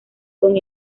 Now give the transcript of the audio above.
con